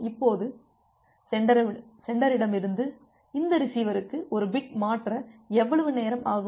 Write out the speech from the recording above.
இப்போது சென்டரிடமிருந்து இந்த ரிசீவருக்கு ஒரு பிட் மாற்ற எவ்வளவு நேரம் ஆகும்